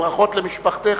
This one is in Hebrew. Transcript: וברכות למשפחתך,